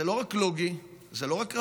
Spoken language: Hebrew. זה לא רק לוגי, זה לא רק רציונלי,